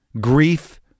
Grief